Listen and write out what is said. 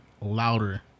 louder